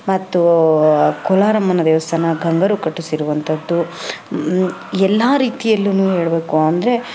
ಮತ್ತು ಕೋಲಾರಮ್ಮನ ದೇವಸ್ಥಾನ ಗಂಗರು ಕಟ್ಟಿಸಿರುವಂಥದ್ದು ಎಲ್ಲ ರೀತಿಯಲ್ಲು ಹೇಳಬೇಕು ಅಂದರೆ